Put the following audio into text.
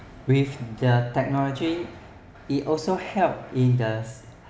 with the technology it also helps in the